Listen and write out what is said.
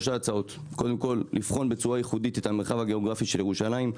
קודם כל לבחון בצורה ייחודית את המרחב הגיאוגרפי של ירושלים.